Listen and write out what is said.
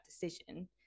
decision